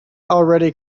already